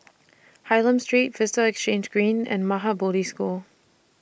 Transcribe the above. Hylam Street Vista Exhange Green and Maha Bodhi School